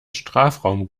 strafraum